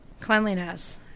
Cleanliness